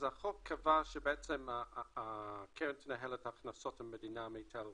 אז החוק קבע שהקרן תנהל את הכנסות המדינה מההיטל